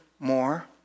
More